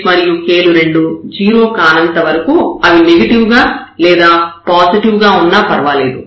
h మరియు k లు రెండూ 0 కానంతవరకూ అవి నెగెటివ్ గా లేదా పాజిటివ్ గా ఉన్నా పర్వాలేదు